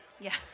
Yes